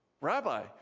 Rabbi